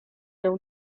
nią